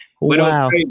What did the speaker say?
Wow